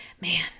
man